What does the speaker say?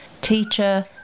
teacher